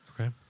Okay